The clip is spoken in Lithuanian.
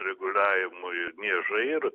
reguliavimai ir niežai ir